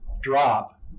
drop